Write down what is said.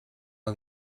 all